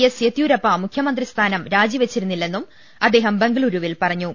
S Yediyurappa മുഖ്യമന്ത്രി സ്ഥാനം രാജിവെച്ചിരുന്നില്ലെന്നും അദ്ദേഹം ബംഗുളൂരുവിൽ പറഞ്ഞു